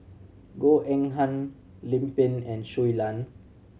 Goh Eng Han Lim Pin and Shui Lan